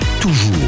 Toujours